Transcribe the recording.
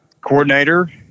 coordinator